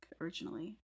originally